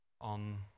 on